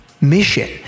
mission